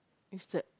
each step